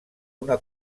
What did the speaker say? una